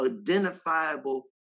identifiable